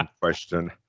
question